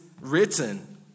written